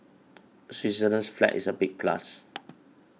Switzerland's flag is a big plus